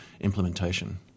implementation